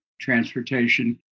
transportation